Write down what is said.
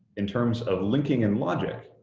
in terms of linking and logic,